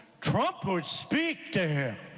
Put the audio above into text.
trump would speak to